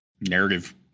narrative